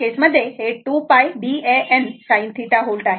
तर या केस मध्ये हे 2 π B A N sin θ volt आहे